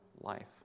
life